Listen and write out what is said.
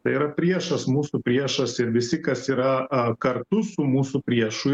tai yra priešas mūsų priešas ir visi kas yra kartu su mūsų priešu